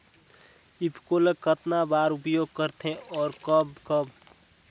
ईफको ल कतना बर उपयोग करथे और कब कब?